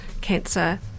cancer